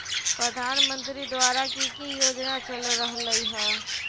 प्रधानमंत्री द्वारा की की योजना चल रहलई ह?